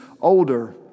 older